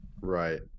right